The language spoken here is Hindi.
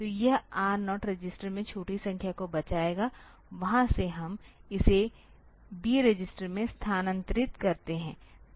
तो यह R0 रजिस्टर में छोटी संख्या को बचाएगा वहां से हम इसे B रजिस्टर में स्थानांतरित करते हैं